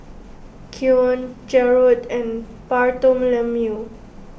Keion Jarrod and Bartholomew